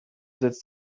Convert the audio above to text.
setzt